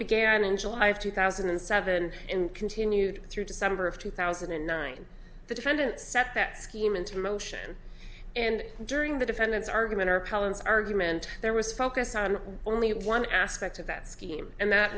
began in july of two thousand and seven and continued through december of two thousand and nine the defendant set that scheme into motion and during the defendant's argument or collins argument there was focus on only one aspect of that scheme and that